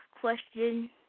question